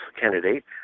candidate